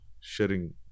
sharing